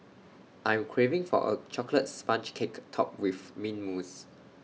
I am craving for A Chocolate Sponge Cake Topped with Mint Mousse